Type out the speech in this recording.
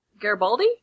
Garibaldi